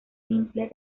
simple